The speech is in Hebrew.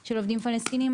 של עובדים פלסטינים.